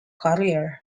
career